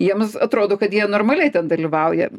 jiems atrodo kad jie normaliai ten dalyvauja